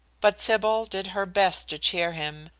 but sybil did her best to cheer him,